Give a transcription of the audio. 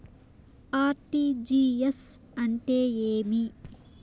RTGS అంటే ఏమి